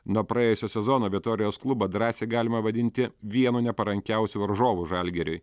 nuo praėjusio sezono vėtorijos klubą drąsiai galima vadinti vienu neparankiausių varžovų žalgiriui